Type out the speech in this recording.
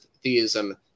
theism